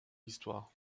histoire